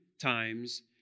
times